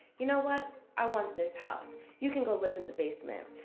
you know what, i want this house, you can go live in the basement.